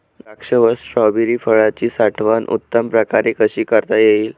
द्राक्ष व स्ट्रॉबेरी फळाची साठवण उत्तम प्रकारे कशी करता येईल?